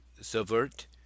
subvert